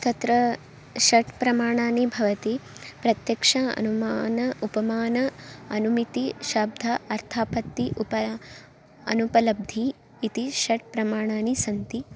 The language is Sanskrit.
तत्र षट् प्रमाणानि भवन्ति प्रत्यक्ष अनुमान उपमान अनुमिति शाब्द अर्थापत्ति उप अनुपलब्धिः इति षट् प्रमाणानि सन्ति